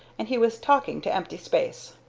and he was talking to empty space.